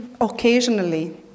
occasionally